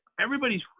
everybody's